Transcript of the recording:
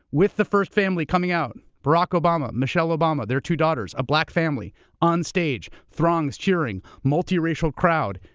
with the first family coming out barack obama, michelle obama, their two daughters. a black family onstage, throngs cheering, multiracial crowd,